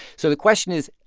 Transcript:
so the question is,